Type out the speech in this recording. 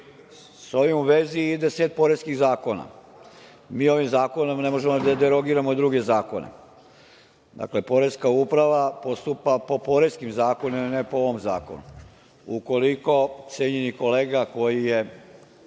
S ovim u vezi ide i set poreskih zakona. Mi ovim zakonom ne možemo da derogiramo i druge zakone. Dakle, poreska uprava postupa po poreskim zakonima a ne po ovom zakonu. Ukoliko cenjeni kolega koji je